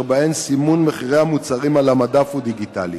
סימון מחירי המוצרים בהן על המדף הוא דיגיטלי.